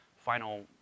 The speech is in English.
final